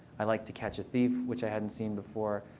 i like to catch a thief, which i hadn't seen before.